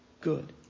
good